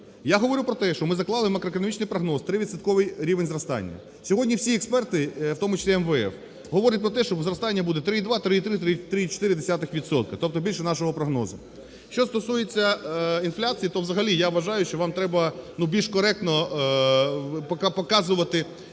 Я говорю про те, що ми заклали макроекономічний прогноз: 3-відсоткий рівень зростання. Сьогодні всі експерти, в тому числі МВФ, говорять про те, що зростання буде 3,2; 3,3; 3,4 відсотки, тобто більше нашого прогнозу. Що стосується інфляції, то взагалі я вважаю, що вам треба більш коректно показувати…